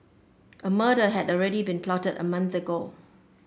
a murder had already been plotted a month ago